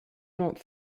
not